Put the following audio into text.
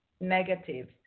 negative